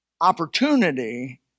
opportunity